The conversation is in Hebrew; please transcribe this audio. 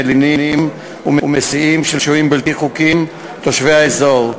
מלינים ומסיעים של שוהים בלתי חוקיים תושבי האזור.